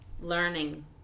learning